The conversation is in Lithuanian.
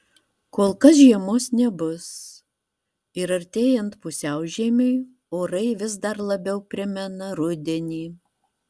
kol kas žiemos nebus ir artėjant pusiaužiemiui orai vis dar labiau primena rudenį